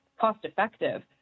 cost-effective